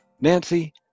Nancy